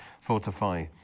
fortify